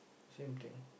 same thing